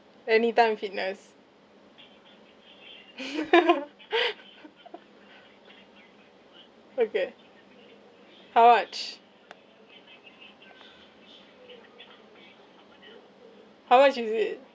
anytime fitness okay how much how much is it